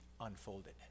unfolded